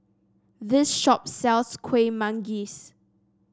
this shop sells Kuih Manggis